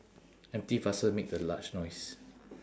empty vessel make the large noise